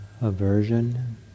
aversion